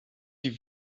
die